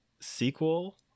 sequel